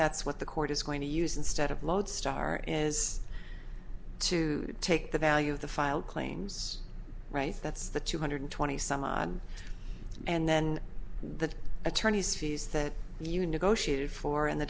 that's what the court is going to use instead of lodestar is to take the value of the filed claims right that's the two hundred twenty some odd and then the attorneys fees that you negotiated for and the